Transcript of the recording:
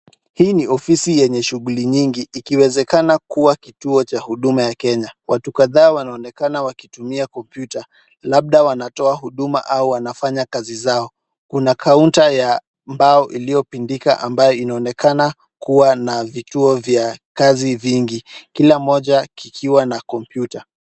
Hii ni ofisi yenye shughuli mingi ikiwezekana kuwa kituo cha huduma ya Kenya. Watu kadhaa wanaonekana wakitumia kompyuta. Labda wanatoa huduma au wanafanya kazi zao. Kuna kaunta ya mbao iliyopindika ambayo inaonekana kuwa vituo vya kazi nyingi kila moja likiwa na kompyuta.